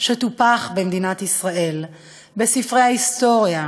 שטופח במדינת ישראל בספרי ההיסטוריה,